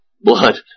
blood